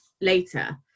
later